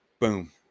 boom